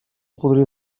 podrir